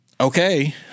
Okay